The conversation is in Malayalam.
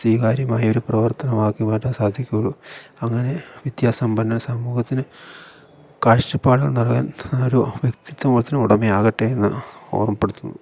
സ്വീകാര്യമായ ഒരു പ്രവർത്തനമാക്കി മാറ്റാൻ സാധിക്കുകയുള്ളൂ അങ്ങനെ വിദ്യാസമ്പന്നര് സമൂഹത്തിന് കാഴ്ചപ്പാടുകൾ നൽകാനുള്ള ഒരു വ്യക്തിത്വത്തിന് ഉടമയാകട്ടെയെന്ന് ഓർമ്മപ്പെടുത്തുന്നു